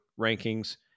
rankings